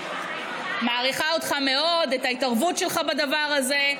מעריכה אותך מאוד, את ההתערבות שלך בדבר הזה.